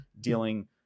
dealing